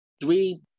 three